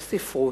לספרות,